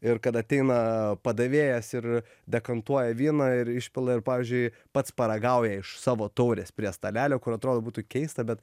ir kad ateina padavėjas ir dekantuoja vyną ir išpila ir pavyzdžiui pats paragauja iš savo taurės prie stalelio kur atrodo būtų keista bet